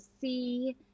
see